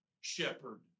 shepherd